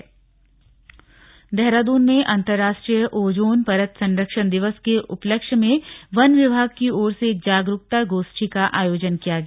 slug ozone परत दिवस देहरादून में अंतरराष्ट्रीय ओजोन परत संरक्षण दिवस के उपलक्ष्य में वन विभाग की ओर से एक जागरूकता गोष्ठी का आयोजन किया गया